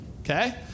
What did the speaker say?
Okay